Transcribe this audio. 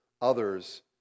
others